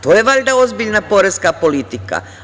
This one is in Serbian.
To je valjda ozbiljna poreska politika.